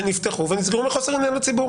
שנפתחו ונסגרו מחוסר עניין לציבור.